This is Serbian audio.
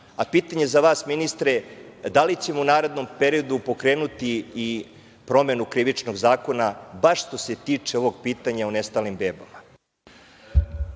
zakonom. Pitanje za vas, ministre – da li ćemo u narednom periodu pokrenuti i promenu Krivičnog zakona, baš što se tiče ovog pitanja o nestalim bebama?